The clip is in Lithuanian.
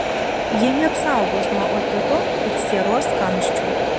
jie neapsaugos nuo otito ir sieros kamščių